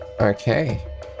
Okay